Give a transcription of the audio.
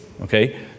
okay